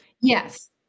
Yes